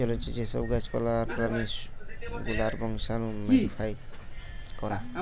জলজ যে সব গাছ পালা আর প্রাণী গুলার বংশাণু মোডিফাই করা